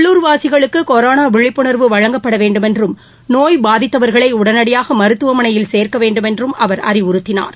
உள்ளுர்வாசிகளுக்கு corona விழிப்புணா்வு வழங்கப்பட வேண்டுமென்றும் நோய் பாதித்தவா்களை உடனடியாக மருத்துவமனையில் சோக்க வேண்டுமென்றும் அவர் அறிவுறுத்தினார்